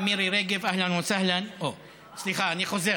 אני חוזר: